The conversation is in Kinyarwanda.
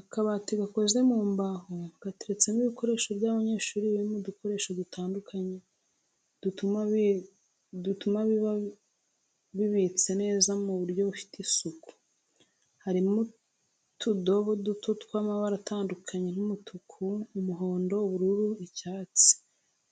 Akabati gakoze mu mbaho gateretsemo ibikoresho by'abanyeshuri biri mu dukoresho dutandukanye dutuma biba bibitse neza mu buryo bufite isuku, harimo utudobo duto tw'amabara atandukanye nk'umutuku, umuhondo, ubururu, icyatsi,